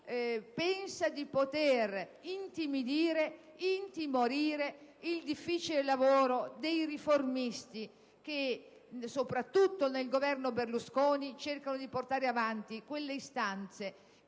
pensa di poter intimidire e intimorire il difficile lavoro dei riformisti che, soprattutto nel Governo Berlusconi, cercano di portare avanti le istanze